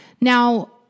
now